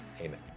Amen